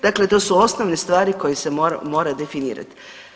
Dakle, to su osnovne stvari koje se mora definirati.